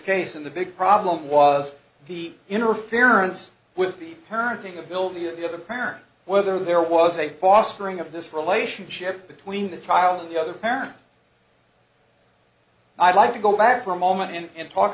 case and the big problem was the interference with the parenting ability of the other parent whether there was a fostering of this relationship between the trial and the other parent i'd like to go back for a moment and talk